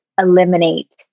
eliminate